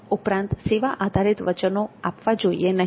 ઉપરાંતસેવા આધારિત વધારે વચનો આપવા જોઈએ નહીં